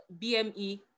BME